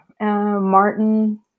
Martin